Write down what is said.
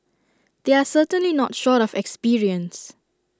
they are certainly not short of experience